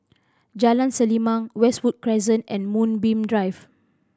Jalan Selimang Westwood Crescent and Moonbeam Drive